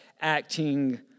acting